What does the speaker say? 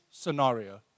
scenario